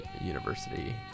University